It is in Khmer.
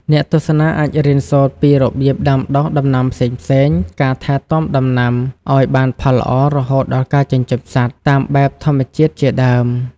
អ្នកទស្សនាអាចរៀនសូត្រពី របៀបដាំដុះដំណាំផ្សេងៗ ការថែទាំដំណាំឱ្យបានផលល្អ រហូតដល់ការចិញ្ចឹមសត្វ តាមបែបធម្មជាតិជាដើម។